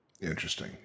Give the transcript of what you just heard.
Interesting